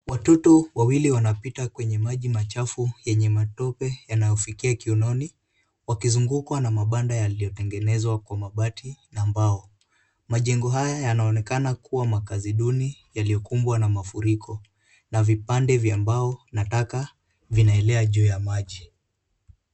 Watoto wawili wanapita kwenye maji machafu yenye matope yanayofikia kiunoni wakizungukwa na mabanda yaliyotengenezwa kwa mabati na mbao. Majengo haya yanaonekana kuwa makaazi duni yaliyokumbwa na mafuriko na vipande vya mbao na taka vinaelea juu ya maji.